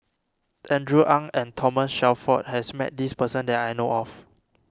Andrew Ang and Thomas Shelford has met this person that I know of